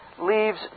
leaves